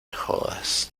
jodas